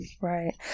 Right